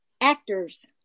actors